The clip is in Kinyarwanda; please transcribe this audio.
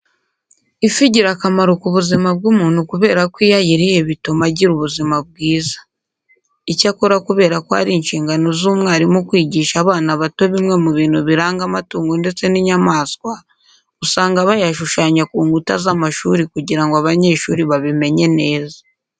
Ifi igira akamaro ku buzima bw'umuntu kubera ko iyo ayiriye bituma agira ubuzima bwiza. Icyakora kubera ko ari inshingano z'umwarimu kwigisha abana bato bimwe mu bintu biranga amatungo ndetse n'inyamaswa, usanga bayashushanya ku nkuta z'amashuri kugira ngo abanyeshuri babimenye neza.